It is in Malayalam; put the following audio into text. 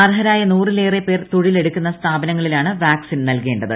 അർഹരായ നൂറിലേറെ പേർ തൊഴില്ലെട്ടുക്കുന്ന സ്ഥാപനങ്ങളിലാണ് വാക്സിൻ നൽകേണ്ടത്